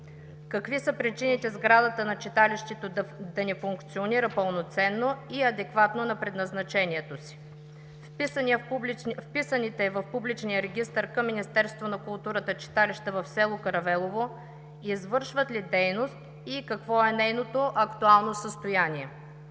какви са причините сградата на читалището да не функционира пълноценно и адекватно на предназначението си? Вписаните в публичния регистър към Министерството на културата читалища в село Каравелово извършват ли дейност и какво е нейното актуално състояние?